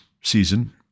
season